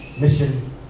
mission